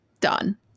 done